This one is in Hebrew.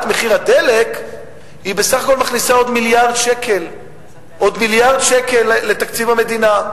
מחיר הדלק בסך הכול מכניסה עוד מיליארד שקל לתקציב המדינה.